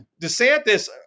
DeSantis